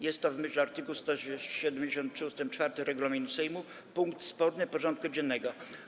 Jest to w myśl art. 173 ust. 4 regulaminu Sejmu punkt sporny porządku dziennego.